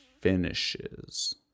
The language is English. finishes